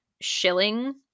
shilling